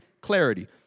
clarity